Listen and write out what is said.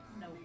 No